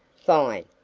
fine!